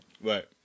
Right